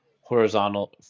horizontal